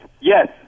Yes